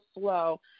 slow